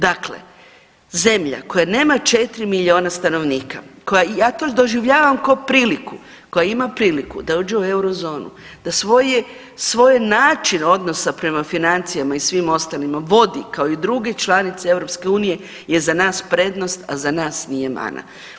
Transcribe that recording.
Dakle, zemlja koja nema 4 miliona stanovnika, ja to doživljavam ko priliku, koja ima priliku da uđe u Eurozonu, da svoje, svoj način odnosa prema financijama i svim ostalima vodi kao i druge članice EU je za nas prednost, a za nas nije mana.